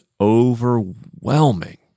overwhelming